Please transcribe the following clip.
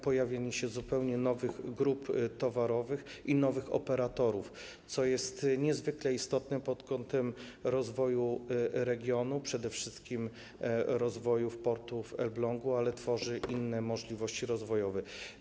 Pojawienie się zupełnie nowych grup towarowych i nowych operatorów jest niezwykle istotne dla rozwoju regionu, przede wszystkim dla rozwoju portu w Elblągu, ale tworzy też inne możliwości rozwojowe.